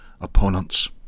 opponents